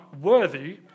worthy